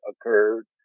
occurred